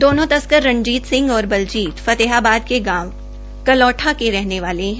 दोनों तस्कर रंजीत सिंह और बलजीत फतेहाबाद कें गांव के रहने वाले है